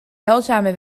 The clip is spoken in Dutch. heilzame